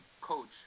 coach